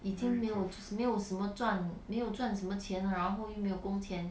已经没有就是没有什么赚没有赚什么钱了然后又没有工钱